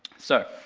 so,